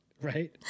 Right